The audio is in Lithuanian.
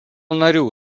narių